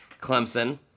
Clemson